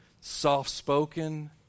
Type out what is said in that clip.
soft-spoken